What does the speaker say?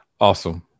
Awesome